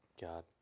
God